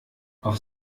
auf